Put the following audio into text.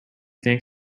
think